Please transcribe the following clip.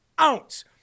ounce